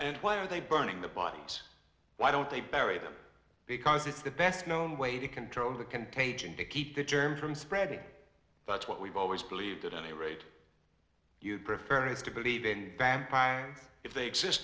and why are they burning the body and why don't they bury them because it's the best known way to control the contagion to keep the germs from spreading but what we've always believed at any rate you'd prefer is to believe in vampire and if they exist